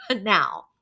now